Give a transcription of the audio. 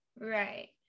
right